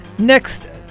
next